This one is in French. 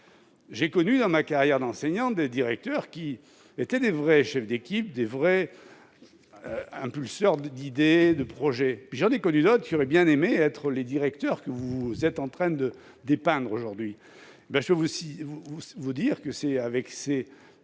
J'ai connu, dans ma carrière d'enseignant, des directeurs qui étaient de véritables chefs d'équipe, de véritables lanceurs d'idées ou de projets. J'en ai connu d'autres qui auraient bien aimé être les directeurs que vous êtes en train de dépeindre aujourd'hui. Et je puis vous dire que c'est avec les